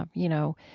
um you know,